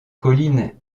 collines